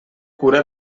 cura